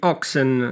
Oxen